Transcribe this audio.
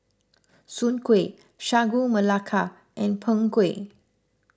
Soon Kway Sagu Melaka and Png Kueh